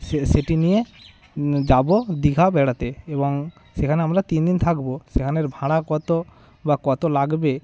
সে সেটি নিয়ে যাবো দিঘা বেড়াতে এবং সেখানে আমরা তিন দিন থাকবো সেখানের ভাড়া কত বা কত লাগবে